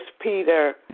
Peter